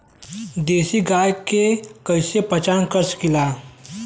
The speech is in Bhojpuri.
देशी गाय के पहचान कइसे कर सकीला?